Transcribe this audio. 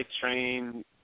train